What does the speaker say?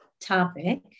topic